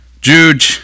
Jude